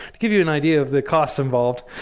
to give you an idea of the cost involved,